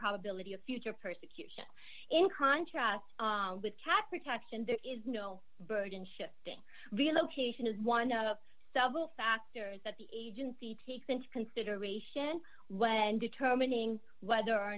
probability of future persecution in contrast with cat protection there is no burden shifting relocation is one of several factors that the agency takes into consideration when determining whether or